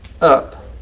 up